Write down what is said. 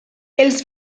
els